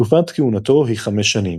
תקופת כהונתו היא 5 שנים.